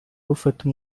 bufata